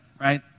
right